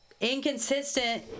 inconsistent